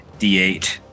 d8